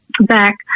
back